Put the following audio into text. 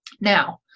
Now